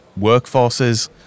workforces